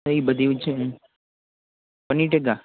એ બધી છે પનીર ટીકા